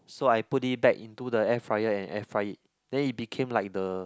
so I put it back into the air fryer and air fry it then it became like the